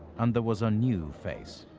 and there was a new face.